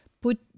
put